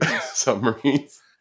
Submarines